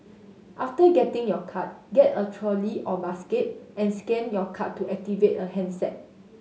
after getting your card get a trolley or basket and scan your card to activate a handset